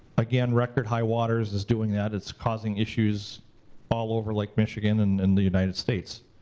again, record high waters is doing that. it's causing issues all over lake michigan and and the united states.